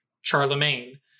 Charlemagne